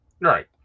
right